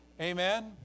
Amen